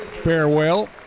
farewell